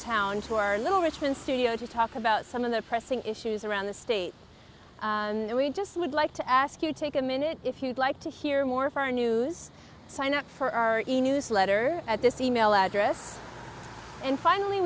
town to our little richmond studio to talk about some of the pressing issues around the state and we just would like to ask you to take a minute if you'd like to hear more for our news sign up for our newsletter at this email address and finally